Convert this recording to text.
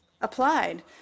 applied